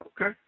Okay